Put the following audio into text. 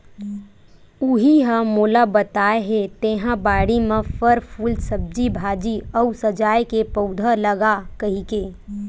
उहीं ह मोला बताय हे तेंहा बाड़ी म फर, फूल, सब्जी भाजी अउ सजाय के पउधा लगा कहिके